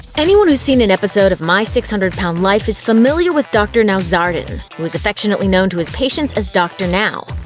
anyone who's seen an episode of my six hundred pound life is familiar with dr. nowzaradan, who is affectionately known to his patients as dr. now.